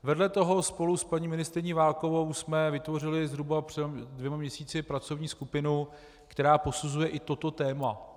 Vedle toho jsme spolu s paní ministryní Válkovou vytvořili zhruba přede dvěma měsíci pracovní skupinu, která posuzuje i toto téma.